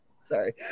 Sorry